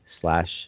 slash